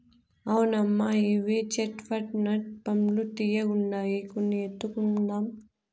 అవునమ్మా ఇవి చేట్ పట్ నట్ పండ్లు తీయ్యగుండాయి కొన్ని ఎత్తుకుందాం